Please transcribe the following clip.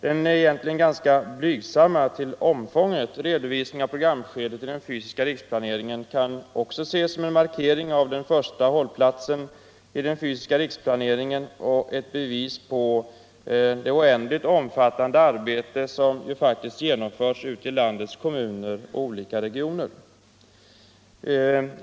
Den till omfånget egentligen ganska blygsamma redovisningen av programskedet i den fysiska riksplaneringen kan också ses som en markering av den första hållplatsen i den fysiska riksplaneringen och som ett bevis på det oändligt omfattande arbete som faktiskt genomförts ute i landets kommuner och regioner.